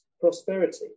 prosperity